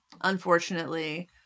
Unfortunately